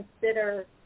consider